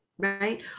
right